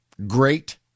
Great